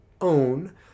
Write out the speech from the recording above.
own